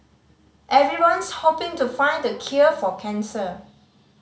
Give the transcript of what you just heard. everyone's hoping to find the cure for cancer